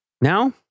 Now